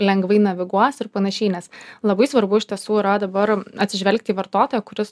lengvai naviguos ir panašiai nes labai svarbu iš tiesų yra dabar atsižvelgti į vartotoją kuris